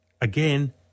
again